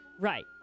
Right